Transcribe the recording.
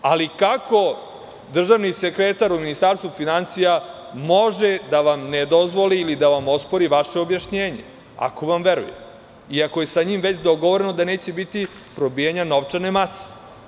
Ali, kako državni sekretar u Ministarstvu finansija može da vam ne dozvoli ili da vam ospori vaše objašnjenje, ako vam veruje i ako je sa njim već dogovoreno da neće biti probijanja novčane mase?